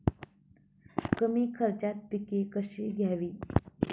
कमी खर्चात पिके कशी घ्यावी?